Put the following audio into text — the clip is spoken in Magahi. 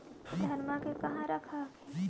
धनमा के कहा रख हखिन?